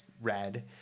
Red